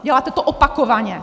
Děláte to opakovaně.